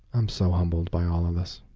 i'm so humbled by all of this.